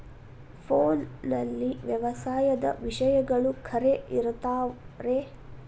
ಫೋನಲ್ಲಿ ವ್ಯವಸಾಯದ ವಿಷಯಗಳು ಖರೇ ಇರತಾವ್ ರೇ?